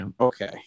Okay